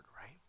right